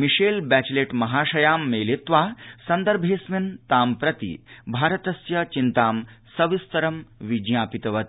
Michelle Bachelet महाशयां मेलित्वा सन्दर्भेडस्मिन् तां प्रति भारतस्य चिन्तां सविस्तरं विज्ञापितवती